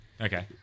Okay